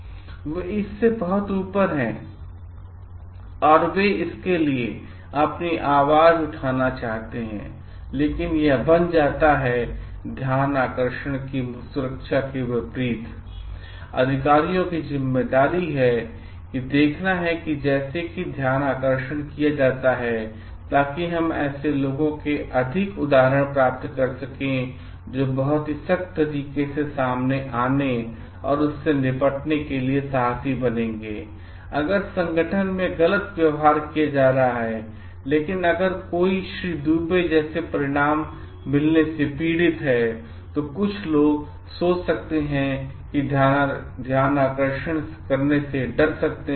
वे इससे बहुत ऊपर हैं और वे इसके लिए अपनी आवाज उठाना चाहते हैं लेकिन यह बन जाता है ध्यानाकर्षण की सुरक्षा के विपरीत भी अधिकारियों की जिम्मेदारी है और देखना है जैसे कि ध्यानाकर्षण किया जाता है ताकि हम ऐसे लोगों के अधिक उदाहरण प्राप्त कर सकें जो बहुत सख्त तरीके से सामने आने और उससे निपटने के लिए साहसी बनेगाअगर संगठन में गलत व्यवहार किया जा रहा है लेकिन अगर हर कोई श्री दुबे जैसे परिणाम मिलने से पीड़ित है तो कुछ लोग सोच सकते हैं कि वे ध्यानाकर्षण करने से डर सकते हैं